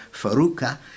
faruka